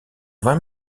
vingt